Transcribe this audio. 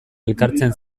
elkartzen